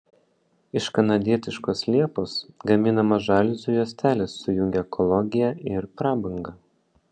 iš kanadietiškos liepos gaminamos žaliuzių juostelės sujungia ekologiją ir prabangą